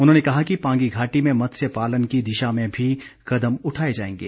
उन्होंने कहा कि पांगी घाटी में मत्सय पालन की दिशा में भी कदम उठाए जाएंगे